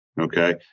okay